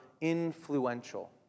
influential